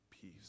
Peace